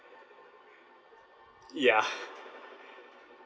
ya